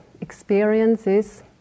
experiences